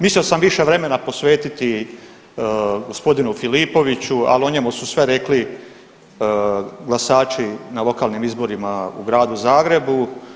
Mislio sam više vremena posvetiti g. Filipoviću, ali o njemu su sve rekli glasači na lokalnim izborima u gradu Zagrebu.